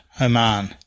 Oman